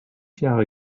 jahre